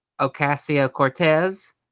ocasio-cortez